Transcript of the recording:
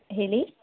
ಹೇಳಿ